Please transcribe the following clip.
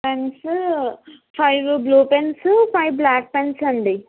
pens five blue pens five black pens అండి